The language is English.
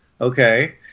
Okay